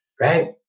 Right